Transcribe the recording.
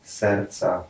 serca